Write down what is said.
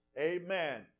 Amen